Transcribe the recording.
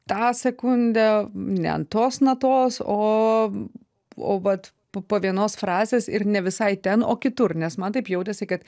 tą sekundę ne ant tos natos o o vat po vienos frazės ir ne visai ten o kitur nes man taip jautėsi kad